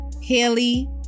Haley